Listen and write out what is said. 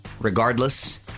Regardless